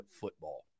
football